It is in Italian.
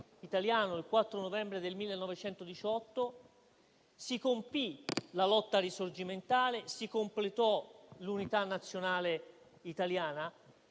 italiano il 4 novembre del 1918 si compì la lotta risorgimentale, si completò l'Unità nazionale italiana.